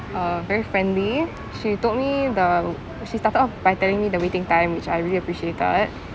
uh very friendly she told me the she started off by telling me the waiting time which I really appreciated